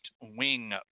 wing